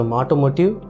automotive